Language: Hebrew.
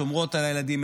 שומרות על הילדים,